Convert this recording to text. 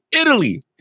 Italy